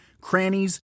crannies